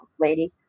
lady